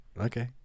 Okay